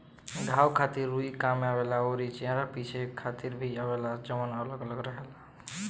घाव खातिर रुई काम में आवेला अउरी चेहरा पोछे खातिर भी आवेला जवन अलग अलग रहेला